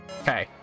Okay